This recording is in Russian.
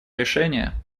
решения